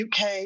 UK